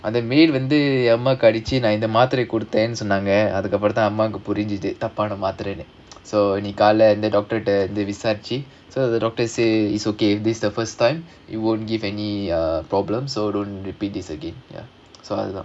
அது வந்து அம்மாக்கு அடிச்சி நான் இந்த மாத்திரைய கொடுத்தேனு சொன்னாங்க:adhu vandhu ammakku adichi naan indha maathiraya koduthenu sonnaanga so அதுக்கப்புறம்தான் அம்மாக்கு புரிஞ்சுது தப்பான மாத்திரைன்னு:adhukappuramthaan ammakku purinjuthu thappaanaa maathirainu the doctor கிட்ட விசாரிச்சு:kitta visaarichu so the doctor say it's okay is this the first time it won't give any uh problem so don't repeat this again ya so I know